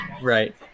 Right